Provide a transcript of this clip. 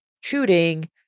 shooting